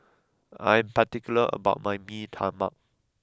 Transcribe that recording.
I am particular about my Mee Tai Mak